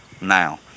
now